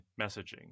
messaging